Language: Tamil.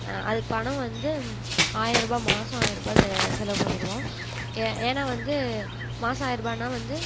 அதுக்குப் பணம் வந்து ஆயரூவா மாதம் ஆயரூவா சே செலவு பண்ணிருவோம் ஏன்னா வந்து மாதம் ஆயரூபானா வந்து